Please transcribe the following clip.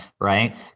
Right